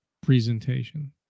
presentation